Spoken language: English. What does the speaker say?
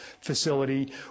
facility